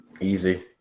easy